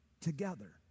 together